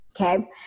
Okay